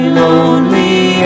lonely